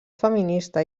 feminista